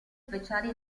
speciali